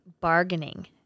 bargaining